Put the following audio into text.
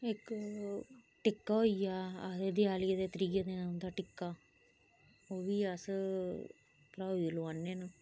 इक टिक्का होई गेआ आखदे दिआली दे त्रिये दिन औंदा टिक्का ओह् बी अस लुआने ना